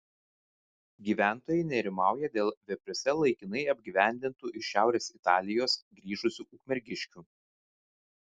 gyventojai nerimauja dėl vepriuose laikinai apgyvendintų iš šiaurės italijos grįžusių ukmergiškių